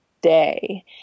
day